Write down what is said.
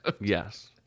Yes